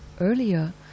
earlier